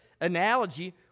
analogy